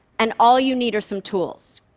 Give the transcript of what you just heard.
and all you need are some tools.